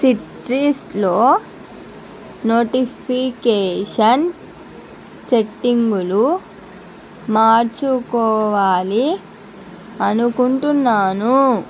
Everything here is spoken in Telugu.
సిట్రీస్ లో నోటిఫికేషన్ సెట్టింగులు మార్చుకోవాలి అనుకుంటున్నాను